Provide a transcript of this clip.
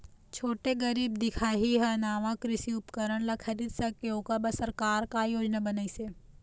छोटे गरीब दिखाही हा नावा कृषि उपकरण ला खरीद सके ओकर बर सरकार का योजना बनाइसे?